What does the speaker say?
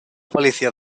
policía